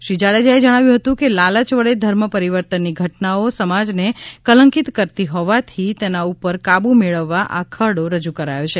શ્રી જાડેજા એ જણાવ્યુ હતું કે લાલય વડે ધર્મ પરિવર્તનની ઘટનાઓ સમાજને કલંકિત કરતી હોવાથી તેના ઉપર કાબૂ મેળવવા આ ખરડો રજૂ કરાયો છે